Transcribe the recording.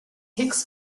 hicks